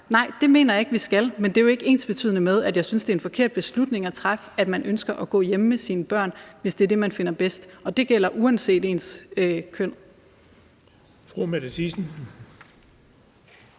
Nej, det mener jeg ikke vi skal, men det er jo ikke ensbetydende med, at jeg synes, det er en forkert beslutning at træffe, at man ønsker at gå hjemme med sine børn, hvis det er det, man finder bedst – og det gælder uanset ens køn.